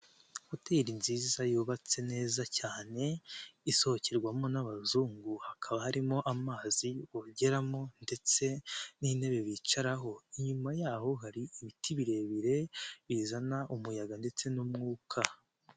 Hoteli nziza yubatse neza cyane isohokerwamo n'abazungu, hakaba harimo amazi bogeramo ndetse n'intebe bicaraho, inyuma yaho hari ibiti birebire bizana umuyaga ndetse n'umwuka.